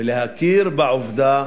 ולהכיר בעובדה